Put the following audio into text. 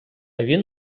він